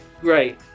Great